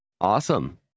Awesome